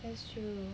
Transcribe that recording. that's true